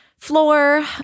Floor